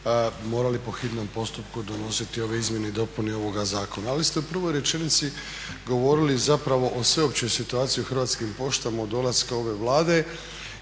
morali po hitnom postupku donositi ove izmjene i dopune ovoga zakona. Ali ste u prvoj rečenici govorili zapravo o sveopćoj situaciji u Hrvatskim poštama od dolaska ove Vlade